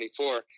24